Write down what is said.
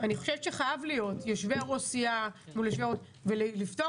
אני חושבת שחייב להיות יושבי-ראש סיעה ויושבי-ראש אופוזיציה.